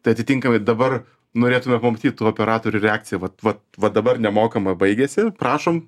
tai atitinkamai dabar norėtume pamatyt tų operatorių reakciją vat va va dabar nemokama baigėsi prašom